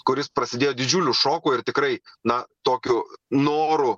kuris prasidėjo didžiuliu šoko ir tikrai na tokiu noru